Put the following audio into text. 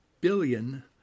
billion